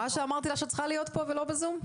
אמרתי לך שאת צריכה להיות פה ולא בזום.